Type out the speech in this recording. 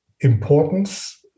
importance